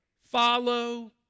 follow